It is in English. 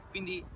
Quindi